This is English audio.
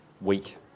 weak